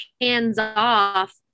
hands-off